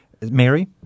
Mary